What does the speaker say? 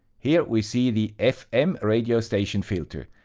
here we see the fm radio station filter,